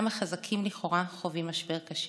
גם החזקים לכאורה חווים משבר קשה.